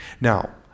now